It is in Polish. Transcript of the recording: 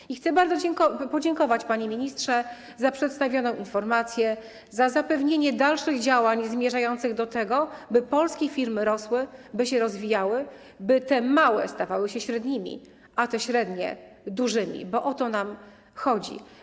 I chcę bardzo podziękować, panie ministrze, za przedstawioną informację, za zapewnienie dalszych działań zmierzających do tego, by polskie firmy rosły, by się rozwijały, by te małe stawały się średnimi, a te średnie dużymi, bo o to nam chodzi.